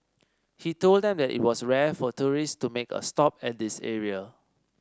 he told them that it was rare for tourists to make a stop at this area